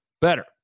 better